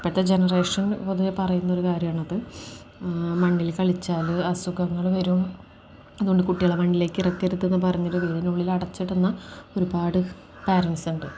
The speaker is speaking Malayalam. ഇപ്പോഴത്തെ ജനറേഷൻ പൊതുവെ പറയുന്നൊരു കാര്യമാണത് മണ്ണിൽ കളിച്ചാൽ അസുഖങ്ങൾ വരും അതു കൊണ്ട് കുട്ടികളെ മണ്ണിലേക്ക് ഇറക്കരുതെന്നു പറയുന്ന വീടിനുള്ളിൽ അടച്ചിടുന്ന ഒരുപാട് പാരൻസുണ്ട്